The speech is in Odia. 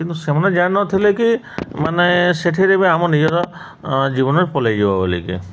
କିନ୍ତୁ ସେମାନେ ଜାଣିନଥିଲେ କି ମାନେ ସେଥିରେ ବି ଆମ ନିଜର ଜୀବନ ପଳାଇଯିବ ବୋଲିକି